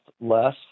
less